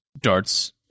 darts